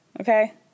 okay